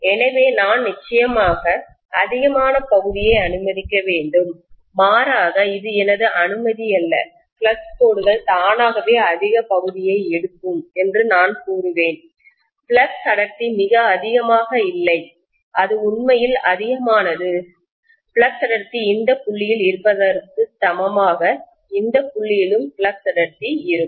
எனவே நான் நிச்சயமாக அதிகமான பகுதியை அனுமதிக்க வேண்டும் மாறாக இது எனது அனுமதியல்ல ஃப்ளக்ஸ் கோடுகள் தானாகவே அதிக பகுதியை எடுக்கும் என்று நான் கூறுவேன் ஃப்ளக்ஸ் அடர்த்தி மிக அதிகமாக இல்லை அது உண்மையில் அனுமானமானது ஃப்ளக்ஸ் அடர்த்தி இந்த புள்ளியில் இருப்பதற்கு சமமாக இந்த புள்ளியிலும் ஃப்ளக்ஸ் அடர்த்தி இருக்கும்